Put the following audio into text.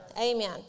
Amen